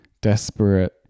desperate